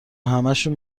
همشو